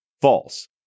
false